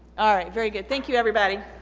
all right very good thank you everybody